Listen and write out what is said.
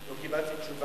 לא קיבלתי תשובה.